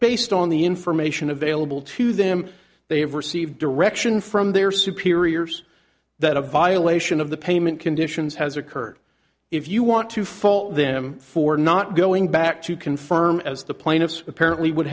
based on the information available to them they have received direction from their superiors that a violation of the payment conditions has occurred if you want to fault them for not going back to confirm as the plaintiffs apparently w